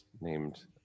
named